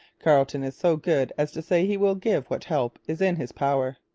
carleton is so good as to say he will give what help is in his power.